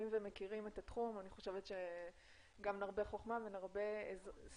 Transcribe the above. חבל לי שעופר לא נמצא כי קודם כל אני רוצה לומר שלולא היה עופר רימון,